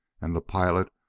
and the pilot,